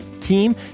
team